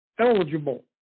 eligible